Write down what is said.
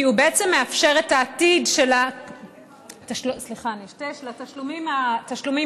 כי הוא בעצם מאפשר את העתיד של התשלומים בישראל,